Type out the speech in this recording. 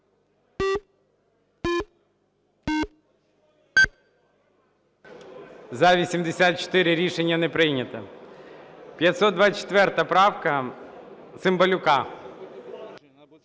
За-84 Рішення не прийнято. 524 правка Цимбалюка.